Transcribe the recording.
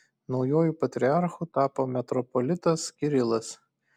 naujuoju patriarchu tapo metropolitas kirilas